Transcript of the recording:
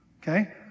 Okay